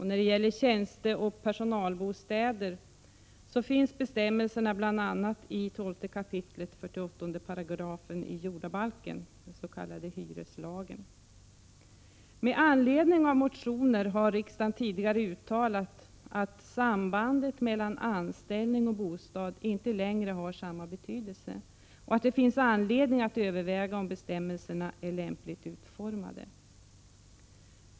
När det gäller tjänsteoch personalbostäder finns bestämmelserna bl.a. i 12 kap. 46 § jordabalken, den s.k. hyreslagen. Med anledning av motioner har riksdagen tidigare uttalat att sambandet mellan anställning och bostad inte längre har samma betydelse och att det finns anledning överväga om bestämmelserna är lämpligt utformade.